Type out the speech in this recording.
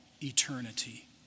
eternity